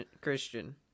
Christian